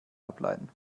ableiten